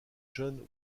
john